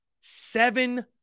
seven